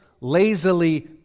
lazily